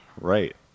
Right